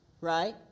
right